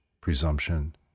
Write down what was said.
presumption